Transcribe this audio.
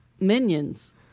minions